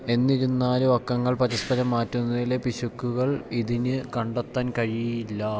എന്നിരുന്നാലും അക്കങ്ങൾ പരസ്പരം മാറ്റുന്നതിലെ പിശകുകൾ ഇതിനു കണ്ടെത്താൻ കഴീയില്ല